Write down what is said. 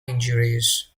injuries